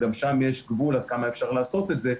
וגם שם יש גבול עד כמה אפשר לעשות את זה.